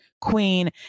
Queen